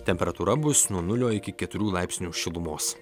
temperatūra bus nuo nulio iki keturių laipsnių šilumos